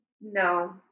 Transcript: no